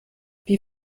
wie